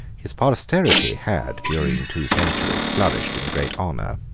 his posterity had, during two centuries, flourished in great honour.